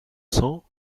cents